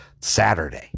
Saturday